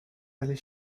allée